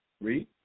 Read